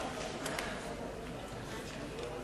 נא להצביע.